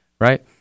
right